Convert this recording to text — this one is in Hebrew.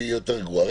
שהיא יותר גרועה.